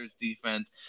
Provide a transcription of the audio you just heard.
defense